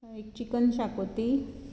एक चिकन शाकोती